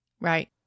Right